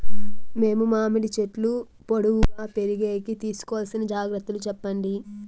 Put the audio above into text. మేము మామిడి చెట్లు పొడువుగా పెరిగేకి తీసుకోవాల్సిన జాగ్రత్త లు చెప్పండి?